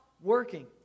working